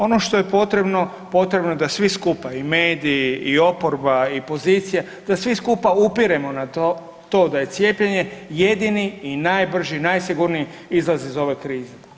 Ono što je potrebno, potrebno je da svi skupa i mediji, i oporba i pozicija da svi skupa upiremo na to da je cijepljenje jedini i najbrži, najsigurniji izlaz iz ove krize.